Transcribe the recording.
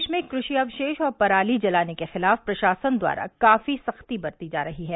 प्रदेश में कृषि अवशेष और पराली जलाने के खिलाफ प्रशासन द्वारा काफी सख्ती बरती जा रही है